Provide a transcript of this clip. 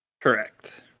Correct